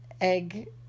egg